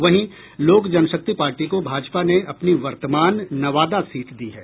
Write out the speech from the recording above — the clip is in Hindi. वहीं लोक जनशक्ति पार्टी को भाजपा ने अपनी वर्तमान नवादा सीट दी है